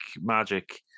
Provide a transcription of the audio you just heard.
magic